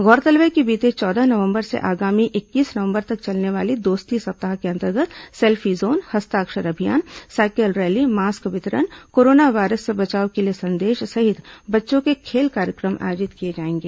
गौरतलब है कि बीते चौदह नवंबर से आगामी इक्कीस नवंबर तक चलने वाले दोस्ती सप्ताह के अंतर्गत सेल्फी जोन हस्ताक्षर अभियान साइकिल रैली मास्क वितरण कोरोना वायरस से बचाव के लिए संदेश सहित बच्चों के खेल कार्यक्रम आयोजित किए जाएंगे